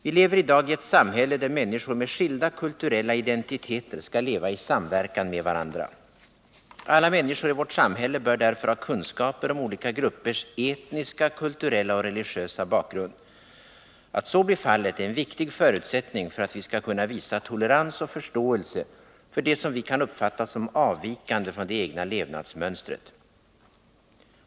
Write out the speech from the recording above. Vilever i dag i ett samhälle där människor med skilda kulturella identiteter skall leva i samverkan med varandra. Alla människor i vårt samhälle bör därför ha kunskaper om olika gruppers etniska, kulturella och religiösa bakgrund. Att så blir fallet är en viktig förutsättning för att vi skall kunna visa tolerans och förståelse för det som vi kan uppfatta som avvikande från det egna levnadsmönstret.